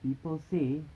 people say